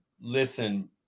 listen